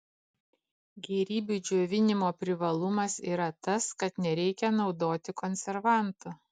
gėrybių džiovinimo privalumas yra tas kad nereikia naudoti konservantų